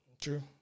True